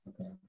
Okay